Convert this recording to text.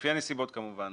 כמובן,